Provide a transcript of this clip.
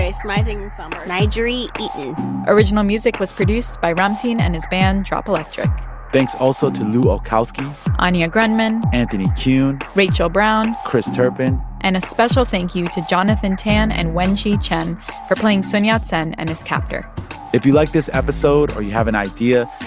smizing um like n'jeri eaton original music was produced by ramtin and his band drop electric thanks also to lu olkowski anya grundmann anthony kuhn rachel brown chris turpin and a special thank-you to jonathan tan and wen xi chen for playing sun yat-sen and his captor if you like this episode or you have an idea,